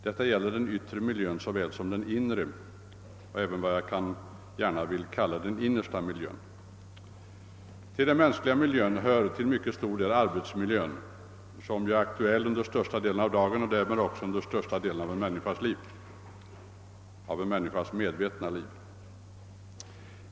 Detta gäller den yttre miljön såväl som den inre och även vad jag gärna skulle vilja kalla den innersta miljön. Till den mänskliga miljön hör till mycket stor del arbetsmiljön, som ju är aktuell under största delen av dagen och därmed också under största delen av vårt medvetna liv.